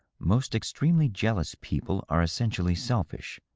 most extremely jealous people are essentially selfish,